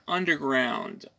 Underground